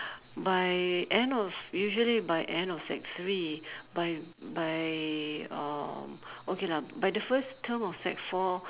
by end of usually by end of sec three by by uh okay lah by the first term of sec four